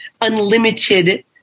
unlimited